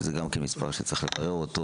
שזה גם כן מספר שצריך לברר אותו,